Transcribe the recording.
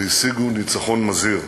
והשיגו ניצחון מזהיר,